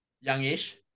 youngish